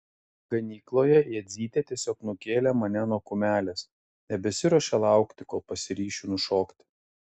ganykloje jadzytė tiesiog nukėlė mane nuo kumelės nebesiruošė laukti kol pasiryšiu nušokti